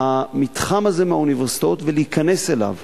המתחם הזה מהאוניברסיטאות ולהיכנס אליו.